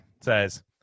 says